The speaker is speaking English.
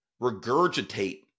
regurgitate